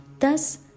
Thus